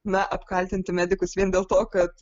na apkaltinti medikus vien dėl to kad